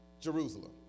Jerusalem